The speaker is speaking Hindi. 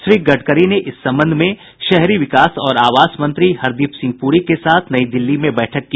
श्री गडकरी ने इस संबंध में शहरी विकास और आवास मंत्री हरदीप सिंह प्री के साथ नई दिल्ली में बैठक की